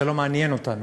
זה לא מעניין אותנו,